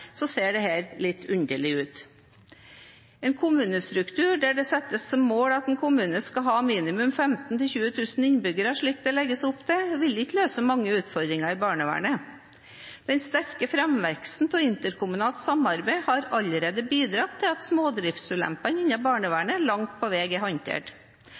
ser dette litt underlig ut. En kommunestruktur der det settes som mål at en kommune skal ha minimum 15 000–20 000 innbyggere, slik det legges opp til, vil ikke løse mange utfordringer i barnevernet. Den sterke framveksten av interkommunalt samarbeid har allerede bidratt til at smådriftsulempene innen barnevernet langt på vei er håndtert.